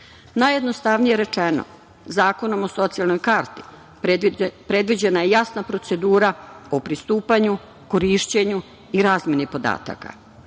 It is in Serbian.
Najjednostavnije rečeno, zakonom o socijalnoj karti predviđena je jasna procedura o pristupanju, korišćenju i razmeni podataka. Smatram